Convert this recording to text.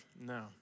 No